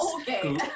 Okay